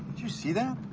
you see that?